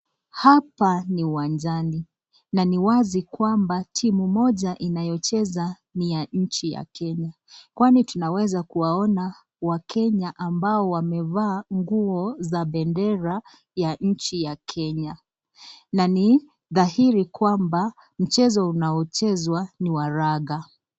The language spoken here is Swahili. Hapa ni uwanjani na ni wazi kwamba timu moja inayocheza ni ya nchi ya Kenya kwani tunaweza kuwaona wakenya ambao wamevaa nguo za bendera ya nchi ya Kenya na ni dhairi kwamba mchezo unaochezwa ni wa raga.